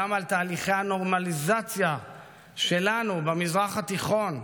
גם על תהליכי הנורמליזציה שלנו במזרח התיכון,